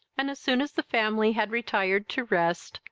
and, as soon as the family had retired to rest,